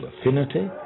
affinity